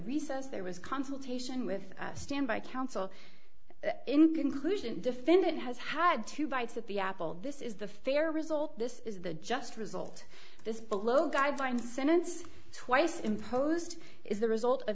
recess there was consultation with stand by counsel in conclusion defendant has had two bites of the apple this is the fair result this is the just result this below guideline sentence twice imposed is the result of